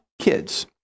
kids